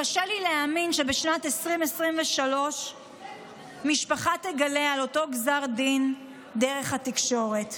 קשה לי להאמין שבשנת 2023 משפחה תגלה על גזר דין דרך התקשורת.